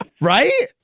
Right